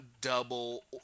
double